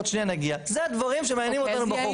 זה הדברים שמעניינים אותנו בחוק.